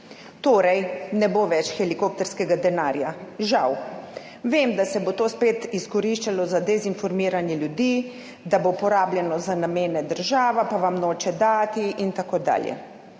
Torej ne bo več helikopterskega denarja. Žal. Vem, da se bo to spet izkoriščalo za dezinformiranje ljudi, da bo porabljeno za namene, država pa vam noče dati in tako dalje.